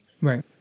Right